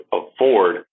afford